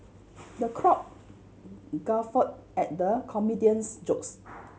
the crowd guffaw at the comedian's jokes